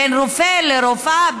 בין רופא לרופאה,